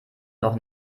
noch